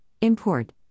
import